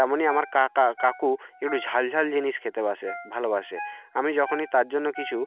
তেমনই আমার কাকা কাকু একটু ঝাল ঝাল জিনিস খেতে বাসে ভালোবাসে আমি যখনই তার জন্য কিছু